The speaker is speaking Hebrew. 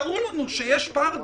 תראו לנו שיש פער דרמטי,